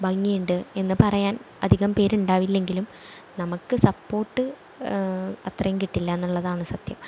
ഭംഗിയുണ്ട് എന്നു പറയാൻ അധികം പേരുണ്ടായില്ലെങ്കിലും നമുക്ക് സപ്പോർട്ട് അത്രയും കിട്ടില്ലയെന്നുള്ളതാണ് സത്യം